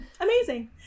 Amazing